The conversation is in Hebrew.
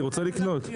אני רוצה לקנות.